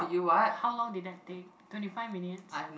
how long did that take twenty five minutes